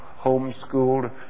homeschooled